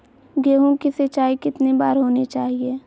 गेहु की सिंचाई कितनी बार होनी चाहिए?